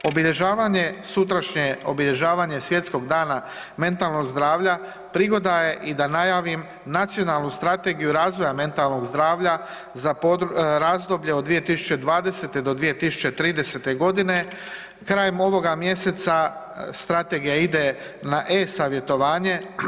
Obilježavanje sutrašnje obilježavanje Svjetskog zdravlja mentalnog zdravlja prigoda je i da najavim Nacionalnu strategiju razvoja mentalnog zdravlja za razdoblje od 2020.-2030. godine, krajem ovog mjeseca strategija ide na e-Savjetovanje.